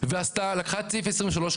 ולקחה את סעיף 23,